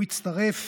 הוא הצטרף